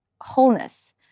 wholeness